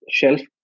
shelf